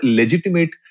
legitimate